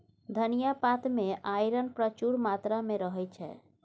धनियाँ पात मे आइरन प्रचुर मात्रा मे रहय छै